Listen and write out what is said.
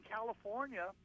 California